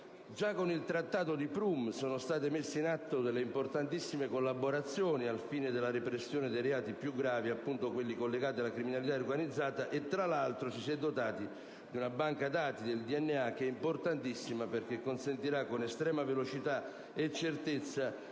già con il Trattato di Prüm sono state messe in atto importanti collaborazioni al fine della repressione dei reati più gravi, quelli appunto collegati alla criminalità organizzata e, tra l'altro, ci si è dotati di una banca dati del DNA che potrà consentire con estrema velocità e certezza